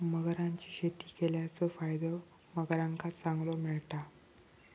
मगरांची शेती केल्याचो फायदो मगरांका चांगलो मिळता